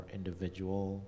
individual